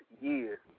years